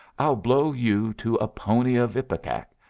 i'll blow you to a pony of ipecac,